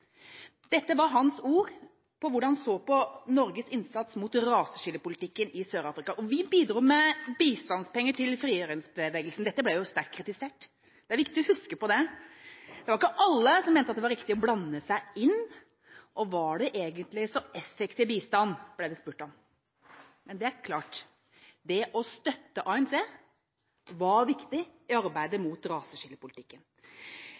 Dette var hans ord om hvordan han så på Norges innsats mot raseskillepolitikken i Sør-Afrika. Vi bidro med bistandspenger til frigjøringsbevegelsen. Dette ble sterkt kritisert, det er viktig å huske på det. Det var ikke alle som mente at det var riktig å blande seg inn, og var det egentlig så effektiv bistand, ble det spurt om. Men det er klart at det å støtte ANC var viktig i arbeidet